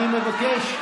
אני מבקש.